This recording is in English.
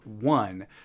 one